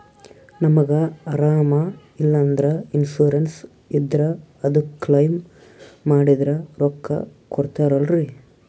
ನಮಗ ಅರಾಮ ಇಲ್ಲಂದ್ರ ಇನ್ಸೂರೆನ್ಸ್ ಇದ್ರ ಅದು ಕ್ಲೈಮ ಮಾಡಿದ್ರ ರೊಕ್ಕ ಕೊಡ್ತಾರಲ್ರಿ?